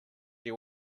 you